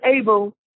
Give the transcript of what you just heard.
able